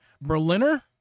Berliner